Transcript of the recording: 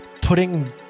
putting